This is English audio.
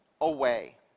away